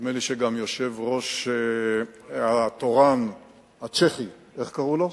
נדמה לי שגם היושב-ראש התורן הצ'כי, איך קראו לו?